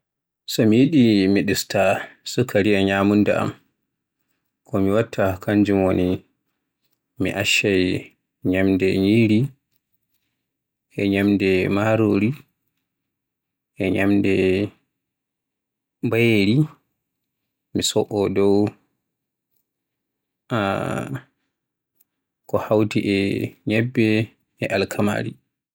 So mi yiɗi mi ɗusta sukaari e ñyamunda am, ko mi watta kanjum woni mi accay ñyande ñyiri, e ñyande marori, e ñyande mbayeri. Mi Soo ñyande ñyebbe e alkamaari.